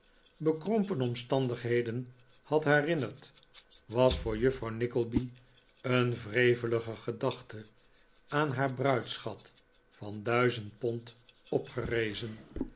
bekrompen omstandigheden had herinnerd was voor juffrouw nickleby een wrevelige gedachte aan haar bruidsschat van duizend pond opgerezen